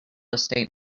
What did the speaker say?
estate